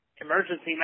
emergency